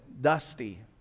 dusty